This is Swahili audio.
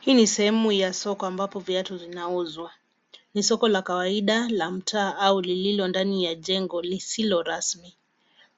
Hii ni sehemu ya soko ambapo viatu vinauzwa. Ni soko la kawaida la mtaa au lililo ndani ya jengo lisilo rasmi.